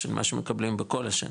של מה שמקבלים בכל השנים,